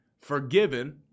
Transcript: forgiven